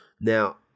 Now